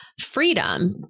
freedom